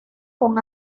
con